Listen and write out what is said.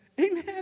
Amen